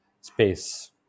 space